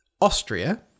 austria